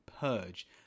purge